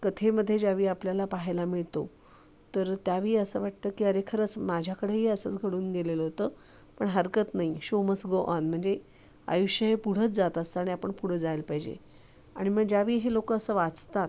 कथेमध्ये ज्यावेळी आपल्याला पहायला मिळतो तर त्यावेळी असं वाटतं की अरे खरंच माझ्याकडेही असंच घडून गेलेलं होतं पण हरकत नाही शो मस गो ऑन म्हणजे आयुष्य हे पुढंच जात असतं आणि आपण पुढं जायला पाहिजे आणि मग ज्यावेळी हे लोक असं वाचतात